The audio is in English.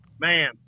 man